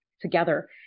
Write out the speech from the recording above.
together